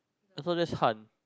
oh so that's hunt